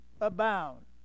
abound